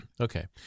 Okay